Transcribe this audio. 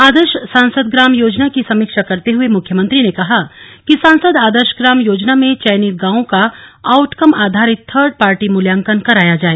आदर्श सांसद ग्राम योजना की समीक्षा करते हुए मुख्यमंत्री ने कहा कि सांसद आदर्श ग्राम योजना में चयनित गांवों का आउटकम आधारित थर्ड पार्टी मूल्यांकन कराया जाए